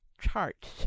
Charts